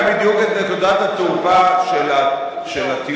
אני יודע בדיוק את נקודת התורפה של הטיעון,